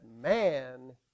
man